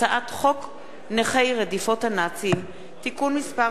הצעת חוק נכי רדיפות הנאצים (תיקון מס'